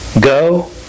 go